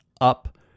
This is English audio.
up